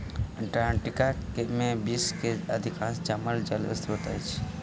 Antarctica में विश्व के अधिकांश जमल जल स्त्रोत अछि